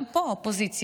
גם פה האופוזיציה